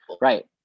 right